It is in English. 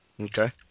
Okay